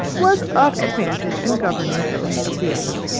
was of advantage in governing those of the other.